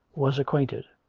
was acquainted.